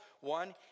One